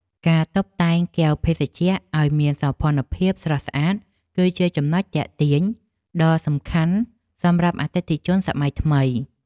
ការតុបតែងកែវភេសជ្ជៈឱ្យមានសោភ័ណភាពស្រស់ស្អាតគឺជាចំណុចទាក់ទាញដ៏សំខាន់សម្រាប់អតិថិជនសម័យថ្មី។